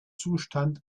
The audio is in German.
zustand